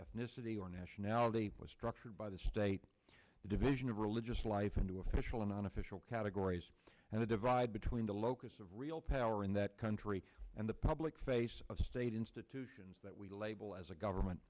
ethnicity or nationality was structured by the state division of religious life into official and unofficial categories and the divide between the locus of real power in that country and the public face of state institutions that we label as a government